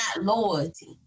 loyalty